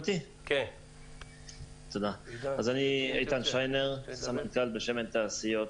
אני איתן שיינר, סמכ"ל בשמן תעשיות.